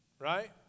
Right